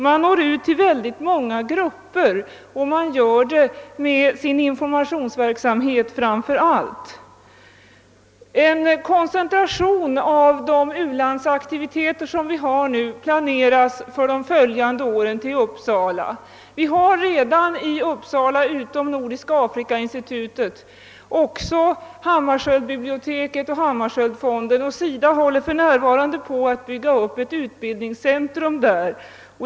Man når ut till många grupper och man gör det framför allt med sin informationsverksamhet. En koncentration av de u-landsaktiviteter som vi har nu planeras för de följande åren i Uppsala. Vi har redan i Uppsala utom Nordiska afrikainstitutet också Hammarskjöldbiblioteket och Dag Hammarskjölds Minnesfond, och SIDA håller för närvarande på att bygga upp ett utbildningscentrum där.